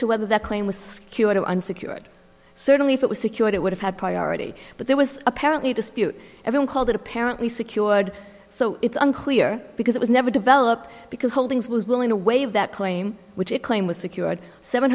to whether that claim was secured unsecured certainly if it was secured it would have had priority but there was apparently a dispute everyone called it apparently secured so it's unclear because it was never developed because holdings was willing to waive that claim which it claim was secured seven